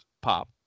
pop